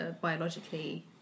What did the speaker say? biologically